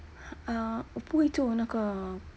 uh 我不会作文那个